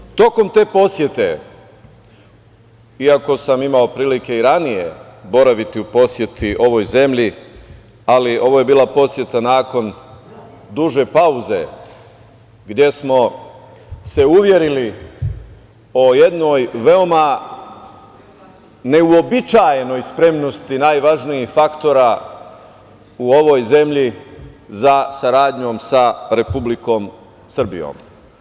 Dakle, tokom te posete, iako sam imao prilike i ranije boraviti u poseti ovoj zemlji, ali ovo je bila poseta nakon duže pauze gde smo se uverili o jednoj veoma neuobičajenoj spremnosti najvažnijih faktora u ovoj zemlji za saradnjom sa Republikom Srbijom.